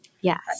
Yes